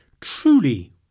truly